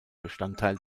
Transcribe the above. bestandteil